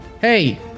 Hey